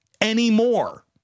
anymore